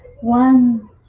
one